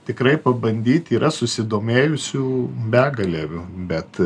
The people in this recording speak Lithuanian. tikrai pabandyt yra susidomėjusių begalė v bet